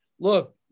look